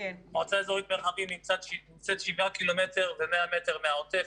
מועצה אזורית מרחבים נמצאת 7 קילומטר ו-100 מטר מהעוטף,